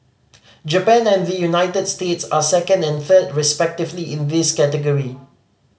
Japan and the United States are second and third respectively in this category